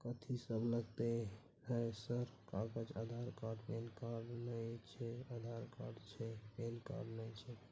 कथि सब लगतै है सर कागज आधार कार्ड पैन कार्ड नए छै आधार कार्ड छै पैन कार्ड ना छै?